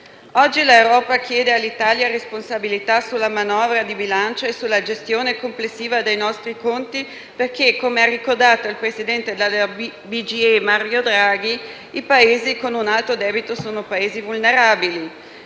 Oggi l'Unione europea chiede all'Italia responsabilità sulla manovra di bilancio e sulla gestione complessiva dei nostri conti, perché, come ha ricordato il Presidente della Banca centrale europea, Mario Draghi, i Paesi con un alto debito sono vulnerabili.